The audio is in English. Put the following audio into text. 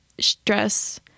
stress